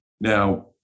Now